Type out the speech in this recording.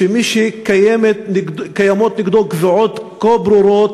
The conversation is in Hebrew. שמי שקיימות נגדו קביעות כה ברורות